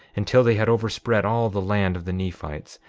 until they had overspread all the land of the nephites,